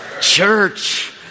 Church